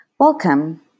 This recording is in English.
Welcome